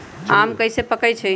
आम कईसे पकईछी?